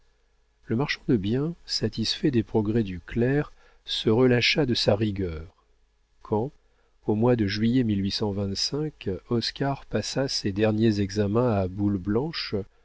le marchand de biens satisfait des progrès du clerc se relâcha de sa rigueur quand au mois de juillet oscar passa ses derniers examens à boules blanches